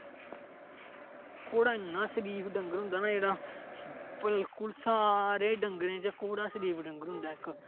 घोड़ा इन्ना शरीफ डंगर होंदा ना जेहड़ा बिल्कुल सारे डगंरे च घोड़ा शरीफ डंगर होंदा इक